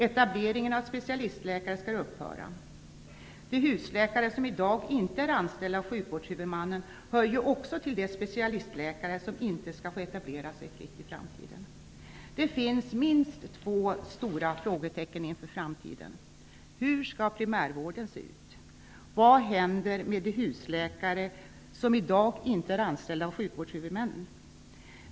Etableringen av specialistläkare skall upphöra. De husläkare som i dag inte är anställda av sjukvårdshuvudmannen hör ju också till de specialistläkare som inte skall få etablera sig fritt i framtiden. Det finns minst två stora frågetecken inför framtiden: Hur skall primärvården se ut, och vad händer med de husläkare som i dag inte är anställda av sjukvårdshuvudmännen?